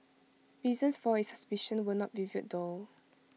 reasons for its suspicion were not revealed though